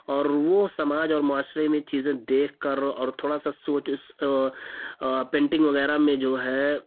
اور وہ سماج اور معاشرے میں چیزیں دیکھ کر اور تھوڑا سا پینٹنگ وغیرہ میں جو ہے